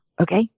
okay